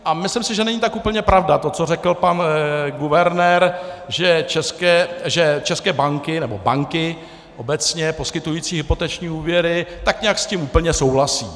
A myslím, že není tak úplně pravda to, co řekl pan guvernér, že české banky, nebo banky obecně poskytující hypoteční úvěry tak nějak s tím úplně souhlasí.